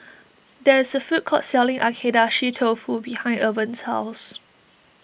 there is a food court selling Agedashi Dofu behind Irven's house